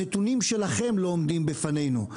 הנתונים שלכם לא עומדים בפנינו.